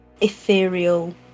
ethereal